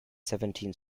seventeen